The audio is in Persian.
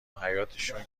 حیاطشون